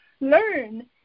learn